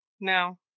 No